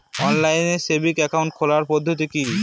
Online savings account খোলার পদ্ধতি কি?